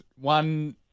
one